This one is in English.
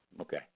okay